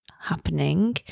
happening